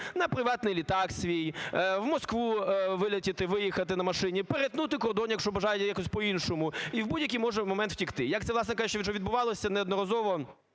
на приватний літак свій в Москву вилетіти, виїхати на машині, перетнути кордон, якщо бажання є, якось по-іншому і в будь-який може момент втекти. Як це, власне кажучи, вже відбувалося неодноразово